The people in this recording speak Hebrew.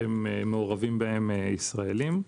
שמעורבים בהם ישראליים.